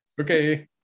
Okay